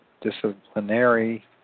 disciplinary